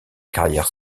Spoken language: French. carrière